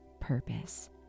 purpose